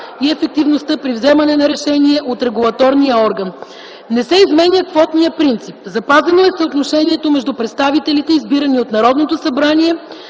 и ефективността при вземане на решения от регулаторния орган. Не се изменя квотният принцип. Запазено е съотношението между представителите, избирани от Народното събрание,